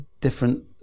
different